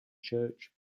church